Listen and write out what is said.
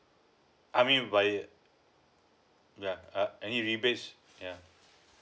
I mean via yeah ah any rebates yeah